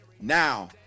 Now